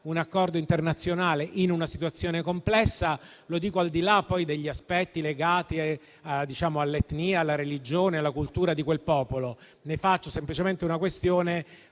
un Accordo internazionale in una situazione complessa. Lo dico al di là degli aspetti legati all'etnia, alla religione e alla cultura di quel popolo. Ne faccio semplicemente una questione